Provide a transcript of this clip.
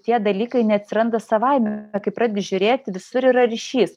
tie dalykai neatsiranda savaime kai pradedi žiūrėti visur yra ryšys